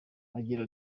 agira